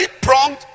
pronged